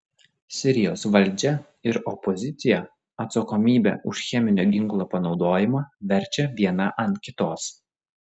sirijos valdžia ir opozicija atsakomybę už cheminio ginklo panaudojimą verčia viena ant kitos